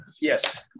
Yes